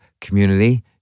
community